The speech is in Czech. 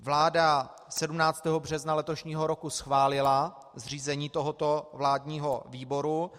Vláda 17. března letošního roku schválila zřízení tohoto vládního výboru.